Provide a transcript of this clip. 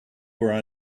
were